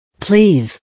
Please